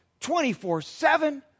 24-7